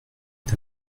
est